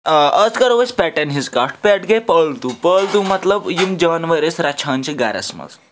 آ آز کَرو أسۍ پٮ۪ٹَن ہِنٛز کٹھ پٮ۪ٹھ گٔے پالتو پالتو مطلب یِم جاناوَار أسۍ رَچھان چھِ گَرَس منٛز